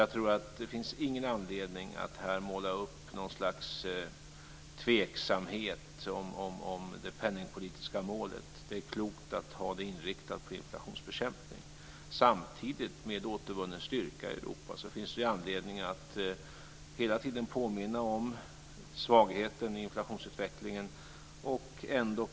Jag tror alltså inte att det finns anledning att här måla upp något slags tveksamhet om det penningpolitiska målet. Det är klokt att ha detta inriktat på inflationsbekämpning. Samtidigt med återvunnen styrka i Europa finns det anledning att hela tiden påminna om svagheten i inflationsutvecklingen.